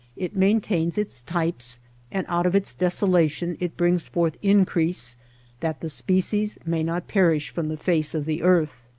it main tains its types and out of its desolation it brings forth increase that the species may not perish from the face of the earth.